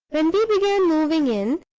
when we began moving in,